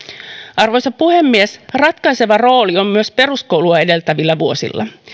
arvoisa puhemies ratkaiseva rooli on myös peruskoulua edeltävillä vuosilla